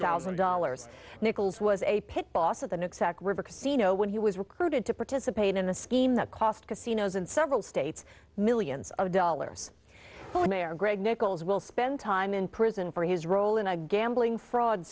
thousand dollars nichols was a pit boss of the knicks act river casino when he was recruited to participate in the scheme that cost casinos in several states millions of dollars but mayor greg nickels will spend time in prison for his role in a gambling fraud